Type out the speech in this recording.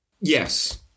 Yes